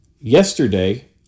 yesterday